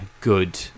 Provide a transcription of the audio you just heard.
good